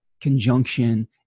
conjunction